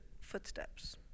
footsteps